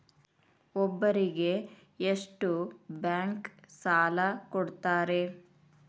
ಒಬ್ಬರಿಗೆ ಎಷ್ಟು ಬ್ಯಾಂಕ್ ಸಾಲ ಕೊಡ್ತಾರೆ?